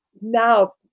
now